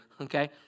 okay